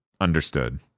Understood